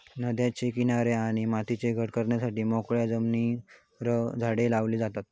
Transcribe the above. नद्यांचे किनारे आणि माती घट करण्यासाठी मोकळ्या जमिनीर झाडे लावली जातत